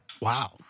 Wow